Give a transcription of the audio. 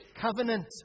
Covenant